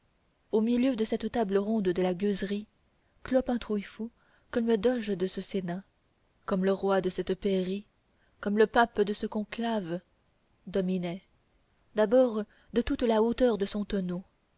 au milieu de cette table ronde de la gueuserie clopin trouillefou comme le doge de ce sénat comme le roi de cette pairie comme le pape de ce conclave dominait d'abord de toute la hauteur de son tonneau